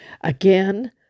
Again